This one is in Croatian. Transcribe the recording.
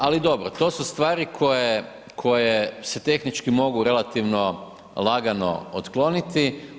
Ali dobro, to su stvari koje se tehnički mogu relativno lagano otkloniti.